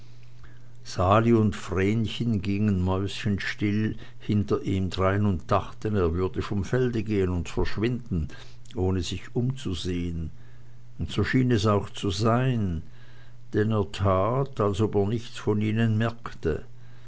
sali und vrenchen gingen mäuschenstill hinter ihm drein und dachten er würde vom felde gehen und verschwinden ohne sich umzusehen und so schien es auch zu sein denn er tat als ob er nichts von ihnen merkte